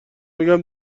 بگم